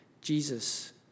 Jesus